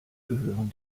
gehören